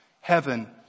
heaven